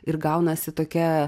ir gaunasi tokia